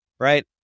right